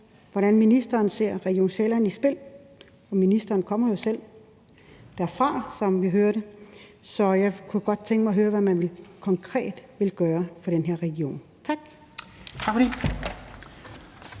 hvordan ministeren ser Region Sjælland i spil – og ministeren kommer jo selv derfra, som vi hørte, så jeg kunne godt tænke mig at høre, hvad man konkret vil gøre for den her region. Tak.